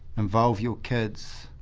involve your kids,